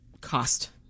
cost